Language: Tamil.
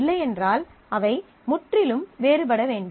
இல்லையென்றால் அவை முற்றிலும் வேறுபட வேண்டும்